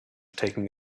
taking